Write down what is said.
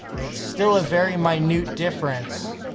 it's still a very minute difference,